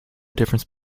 difference